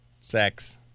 Sex